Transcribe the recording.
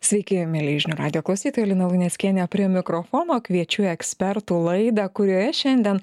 sveiki mielieji žinių radijo klausytojai lina luneckienė prie mikrofono kviečiu į ekspertų laidą kurioje šiandien